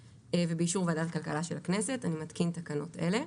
ובאישור ועדת הכלכלה של הכנסת אני מתקין תקנות אלה: